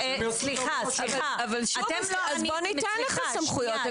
אז בוא וניתן לך סמכויות.